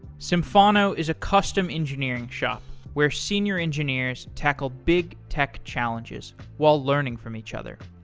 symphono is a custom engineering shop where senior engineers tackle big tech challenges while learning from each other.